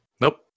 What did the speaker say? nope